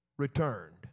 returned